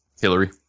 Hillary